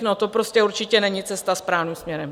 To prostě určitě není cesta správným směrem.